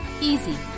Easy